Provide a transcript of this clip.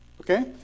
Okay